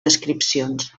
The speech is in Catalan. descripcions